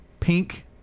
Pink